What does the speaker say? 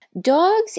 Dogs